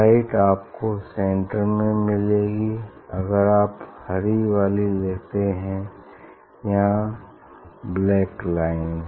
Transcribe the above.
bright आपको centre में मिलेगी अगर आप हरी वाली लेते हैं यहाँ ब्लैक लाइन